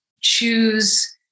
choose